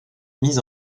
mis